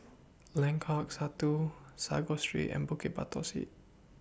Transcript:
Lengkok Satu Sago Street and Bukit Batok Say